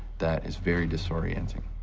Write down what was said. that is very disorienting.